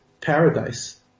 paradise